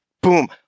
Boom